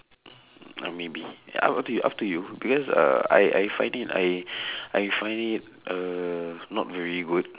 uh maybe ya up up to you up to you because uh I I find it I I find it uh not very good